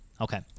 okay